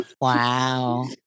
Wow